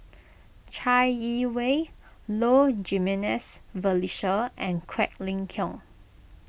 Chai Yee Wei Low Jimenez Felicia and Quek Ling Kiong